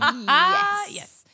Yes